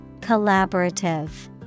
Collaborative